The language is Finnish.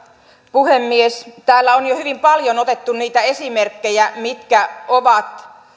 puhemies täällä on jo hyvin paljon otettu niitä esimerkkejä mitkä ovat